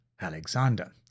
Alexander